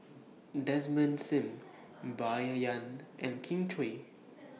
Desmond SIM Bai Yan and Kin Chui